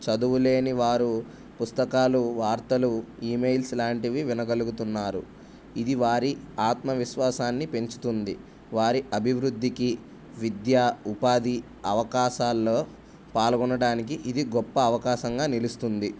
చదువులేని వారు పుస్తకాలు వార్తలు ఈమెయిల్స్ లాంటివి వినగలుగుతున్నారు ఇది వారి ఆత్మవిశ్వాసాన్ని పెంచుతుంది వారి అభివృద్ధికి విద్య ఉపాధి అవకాశాల్లో పాల్గొనడానికి ఇది గొప్ప అవకాశంగా నిలుస్తుంది